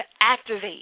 activate